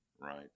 right